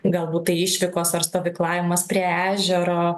galbūt tai išvykos ar stovyklavimas prie ežero